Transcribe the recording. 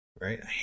Right